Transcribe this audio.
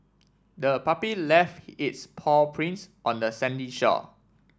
the puppy left its paw prints on the sandy shore